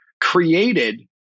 created